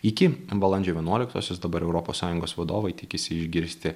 iki balandžio vienuoliktosios dabar europos sąjungos vadovai tikisi išgirsti